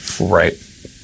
Right